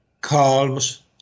calms